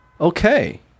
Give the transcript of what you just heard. okay